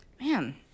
Man